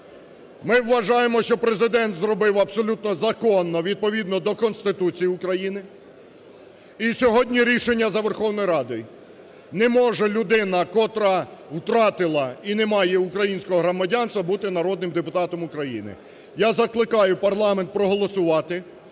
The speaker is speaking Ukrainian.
Ми вважаємо, що Президент зробив абсолютно законно, відповідно до Конституції України, і сьогодні рішення за Верховною Радою. Не може людина, котра втратила і не має українського громадянства, бути народним депутатом України. Я закликаю парламент проголосувати,